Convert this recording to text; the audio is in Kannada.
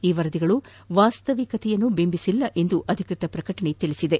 ಈ ವರದಿಗಳು ವಾಸ್ತವಿಕತೆಯನ್ನು ಬಿಂಬಿಸಿಲ್ಲ ಎಂದು ಅಧಿಕೃತ ಪ್ರಕಟಣೆ ತಿಳಿಸಿದೆ